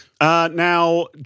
Now